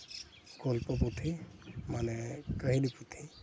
ᱜᱚᱞᱯᱚ ᱯᱩᱛᱷᱤ ᱢᱟᱱᱮ ᱠᱟᱹᱦᱱᱤ ᱯᱩᱛᱷᱤ